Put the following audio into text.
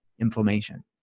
inflammation